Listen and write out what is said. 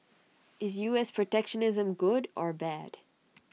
is U S protectionism good or bad